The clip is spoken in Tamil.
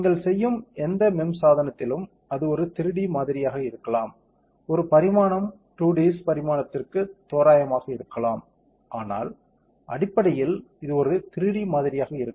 நீங்கள் செய்யும் எந்த MEMS சாதனத்திலும் அது ஒரு 3D மாதிரியாக இருக்கலாம் ஒரு பரிமாணம் 2Ds பரிமாணத்திற்கு தோராயமாக இருக்கலாம் ஆனால் அடிப்படையில் இது ஒரு 3D மாதிரியாக இருக்கும்